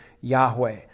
Yahweh